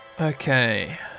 Okay